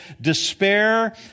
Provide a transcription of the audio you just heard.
despair